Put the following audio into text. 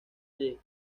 del